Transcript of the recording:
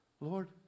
Lord